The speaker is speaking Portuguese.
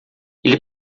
ele